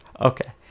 okay